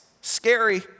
scary